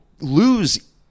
lose